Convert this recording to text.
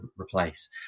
replace